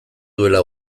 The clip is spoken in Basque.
duela